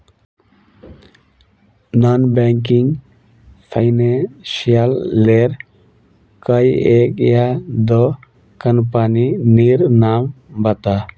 Non banking financial लेर कोई एक या दो कंपनी नीर नाम बता?